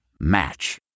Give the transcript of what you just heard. Match